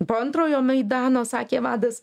po antrojo maidano sakė vadas